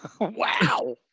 Wow